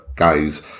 Guys